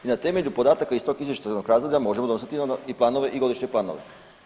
I na temelju podataka iz tog izvještajnog razdoblja možemo doznati onda i planove i godišnje planove.